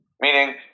Meaning